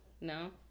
No